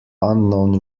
unknown